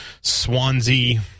Swansea